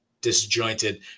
disjointed